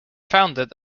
founded